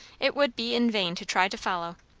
it would be in vain to try to follow.